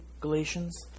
Galatians